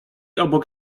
obok